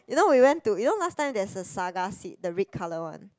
you know we went to you know last time there's a saga seed the red colour one